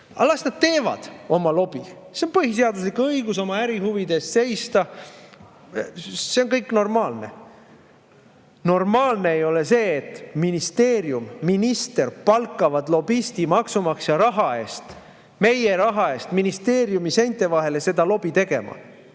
las nad teevad oma lobi! See on põhiseaduslik õigus oma ärihuvide eest seista, see on kõik normaalne. Normaalne ei ole see, et ministeerium, minister palkab lobisti maksumaksja raha eest, meie raha eest ministeeriumi seinte vahele seda lobi tegema.